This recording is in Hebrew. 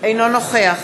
אינו נוכח